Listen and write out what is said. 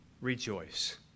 rejoice